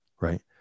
right